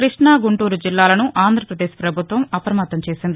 కృష్ణా గుంటూరు జిల్లాలను ఆంధ్రపదేశ్ పభుత్వం అప్రమత్తం చేసింది